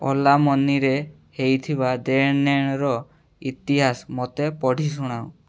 ଓଲା ମନିରେ ହେଇଥିବା ଦେଣନେଣର ଇତିହାସ ମୋତେ ପଢ଼ି ଶୁଣାଅ